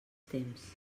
temps